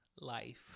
life